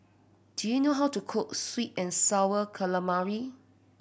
do you know how to cook sweet and Sour Calamari